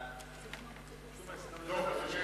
ההצעה